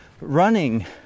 running